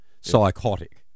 psychotic